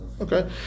Okay